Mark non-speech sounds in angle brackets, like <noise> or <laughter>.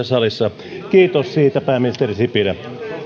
<unintelligible> salissa kiitos siitä pääministeri sipilä